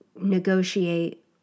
negotiate